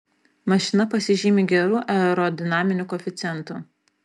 mašina pasižymi geru aerodinaminiu koeficientu